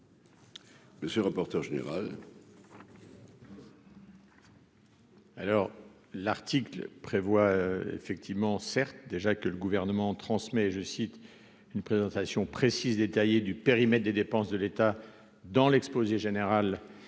Monsieur le rapporteur général.